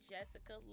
Jessica